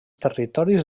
territoris